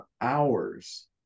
hours